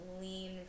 lean